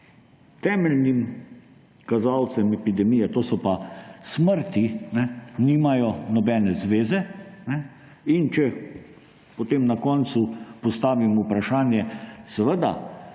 temeljnim kazalcem epidemije, to so pa smrti, nimajo nobene zveze, potem pa na koncu postavim vprašanje, da seveda